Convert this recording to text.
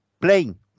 playing